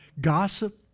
gossip